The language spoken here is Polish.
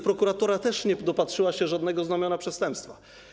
Prokuratura też nie dopatrzyła się w tym żadnego znamiona przestępstwa.